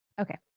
Okay